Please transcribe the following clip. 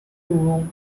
room